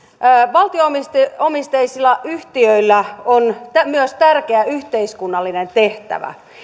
valtio omisteisilla yhtiöillä on myös tärkeä yhteiskunnallinen tehtävä